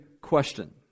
question